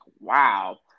wow